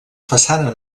façana